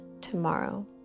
tomorrow